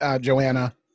Joanna